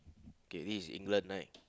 K this is England right